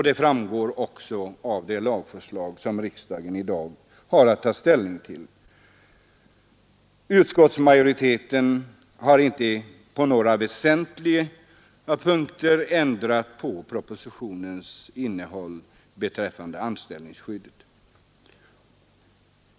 Det framgår också av det lagförslag som riksdagen i dag har att ta ställning till. Utskottsmajoriteten har inte på några väsentliga punkter ändrat på propositionens innehåll beträffande anställningsskyddet.